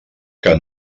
que